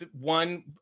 one